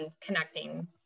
connecting